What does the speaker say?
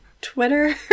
Twitter